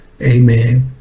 Amen